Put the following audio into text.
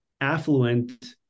affluent